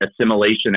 assimilation